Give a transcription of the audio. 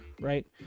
right